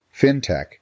Fintech